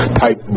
type